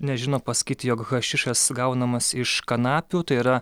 nežino pasakyti jog hašišas gaunamas iš kanapių tai yra